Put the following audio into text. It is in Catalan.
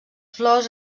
flors